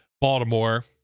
Baltimore